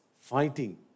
fighting